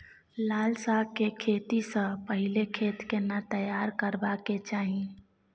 लाल साग के खेती स पहिले खेत केना तैयार करबा के चाही?